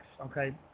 Okay